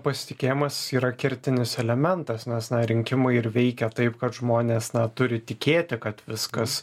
pasitikėjimas yra kertinis elementas nes na rinkimai ir veikia taip kad žmonės turi tikėti kad viskas